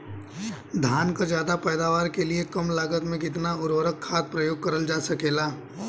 धान क ज्यादा पैदावार के लिए कम लागत में कितना उर्वरक खाद प्रयोग करल जा सकेला?